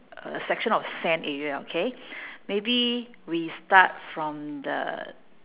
a section of sand area okay maybe we start from the